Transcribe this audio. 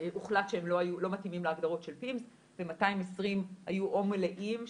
הוחלט שהם לא מתאימים להגדרות של פימס ו-220 היו או מלאים,